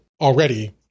already